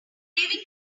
leaving